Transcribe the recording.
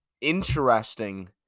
interesting